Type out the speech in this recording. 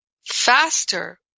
faster